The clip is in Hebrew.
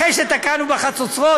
אחרי שתקענו בחצוצרות,